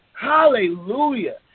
Hallelujah